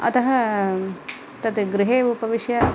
अतः तद् गृहे उपविश्य